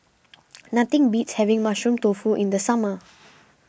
nothing beats having Mushroom Tofu in the summer